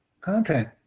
content